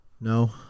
No